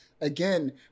again